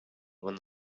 when